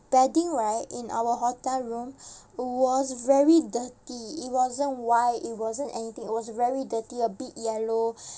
bedding right in our hotel room was very dirty it wasn't white it wasn't anything it was very dirty a bit yellow